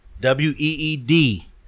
W-E-E-D